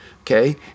okay